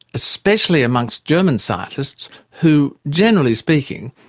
especially amongst german scientists who, generally speaking,